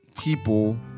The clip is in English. people